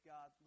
God